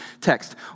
text